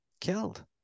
killed